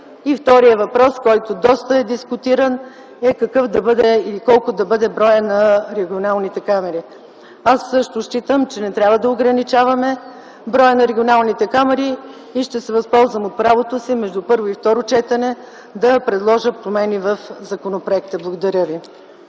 вторият въпрос, който е доста дискутиран, е какъв и колко да бъде броят на регионалните камари? Считам, че не трябва да ограничаваме броя на регионалните камари. Ще се възползвам от правото си между първо и второ четене да предложа промени в законопроекта. Благодаря.